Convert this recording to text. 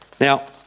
Now